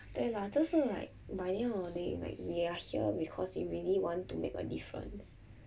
对啦就是 like by the end of the day like we are here because we really want to make a difference